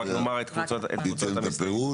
רק נאמר את קבוצות המסתייגים.